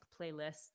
playlists